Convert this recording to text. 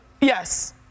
yes